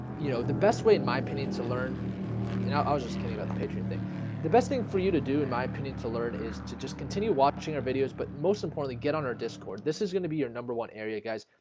you know the best way in my opinion to learn and i was just kidding about the patreon thing the best thing for you to do in my to learn is to just continue watching our videos, but most importantly get on our discord this is gonna be your number one area guys.